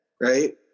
right